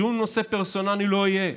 שום נושא פרסונלי לא יהיה"